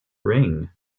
ring